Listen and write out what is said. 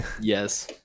Yes